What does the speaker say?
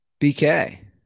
BK